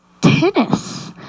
tennis